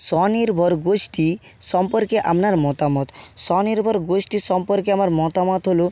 স্বনির্ভর গোষ্টী সম্পর্কে আপনার মতামত স্বনির্ভর গোষ্টী সম্পর্কে আমার মতামত হলো